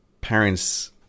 parents